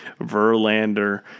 Verlander